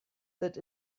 that